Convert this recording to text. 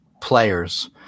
players